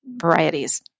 varieties